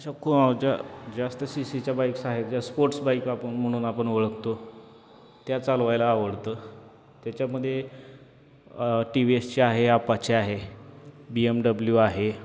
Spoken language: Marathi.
अशा खूप ज जास्त सी सीच्या बाईक्स आहेत ज्या स्पोर्ट्स बाईक आपण म्हणून आपण ओळखतो त्या चालवायला आवडतं त्याच्यामध्ये टी वी एसचे आहे अपाचे आहे बी एम डब्लू आहे